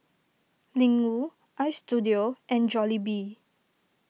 Ling Wu Istudio and Jollibee